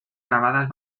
grabadas